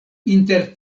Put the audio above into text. inter